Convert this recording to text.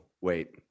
wait